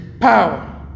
power